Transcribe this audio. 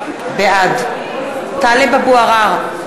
בעד טלב אבו עראר,